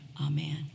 amen